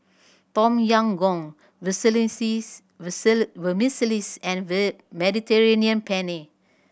Tom Yam Goong Vermicelli and Mediterranean Penne